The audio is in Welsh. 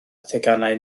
theganau